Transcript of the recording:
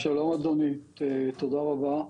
שלום אדוני, תודה רבה,